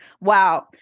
Wow